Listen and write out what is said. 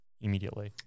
immediately